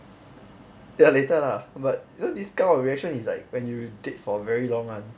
ya later lah but know this kind of reaction is like when you date for very long [one]